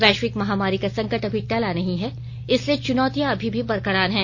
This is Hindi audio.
वैश्विक महामारी का संकट अभी टला नहीं है इसलिए चुनौतियां अभी भी बरकरार है